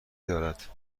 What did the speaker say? دارد